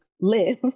live